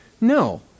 No